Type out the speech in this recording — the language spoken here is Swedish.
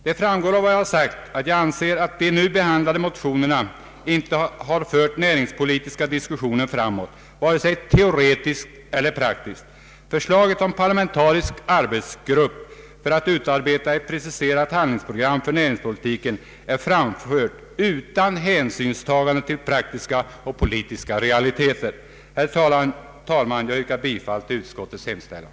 Det framgår av vad jag har sagt att jag anser att de nu behandlade motionerna inte har fört den näringspolitiska diskussionen framåt, varken teoretiskt eller praktiskt. Förslaget om en parlamentarisk arbetsgrupp för att utarbeta ett preciserat handlingsprogram för näringspolitiken är framfört utan hänsynstagande till praktiska och politiska realiteter. Herr talman! Jag yrkar bifall till utskottets hemställan.